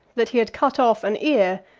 that he had cut off an ear,